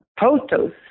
photos